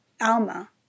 Alma